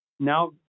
now